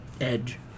Edge